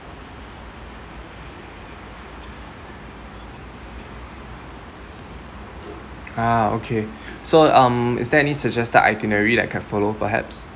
ah okay so um is there any suggested itinerary that I can follow perhaps